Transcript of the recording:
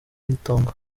itongo